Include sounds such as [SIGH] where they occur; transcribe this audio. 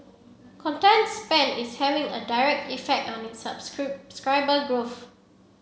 content spend is having a direct effect on its [UNINTELLIGIBLE] growth